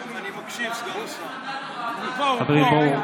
חברים, בואו.